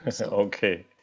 okay